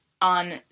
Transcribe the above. on